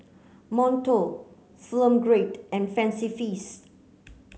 Monto Film Grade and Fancy Feast